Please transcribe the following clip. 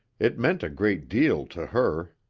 it meant a great deal to her.